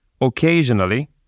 occasionally